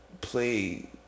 play